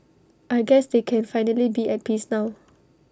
I guess they can finally be at peace now